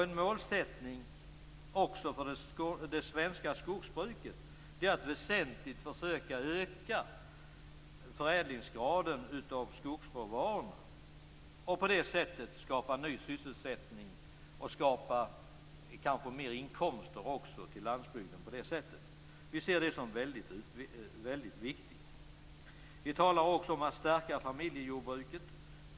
En målsättning för det svenska skogsbruket är att väsentligt försöka att öka förädlingsgraden av skogsråvaror. På det sättet skapas ny sysselsättning och mer inkomster till landsbygden. Vi ser detta som väldigt viktigt. Vi talar också om att man skall stärka familjejordbruket.